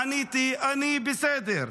עניתי: אני בסדר.